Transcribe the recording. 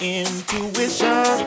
intuition